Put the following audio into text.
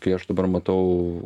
kai aš dabar matau